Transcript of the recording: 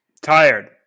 Tired